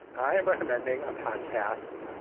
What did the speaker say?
i am recommending a podcast,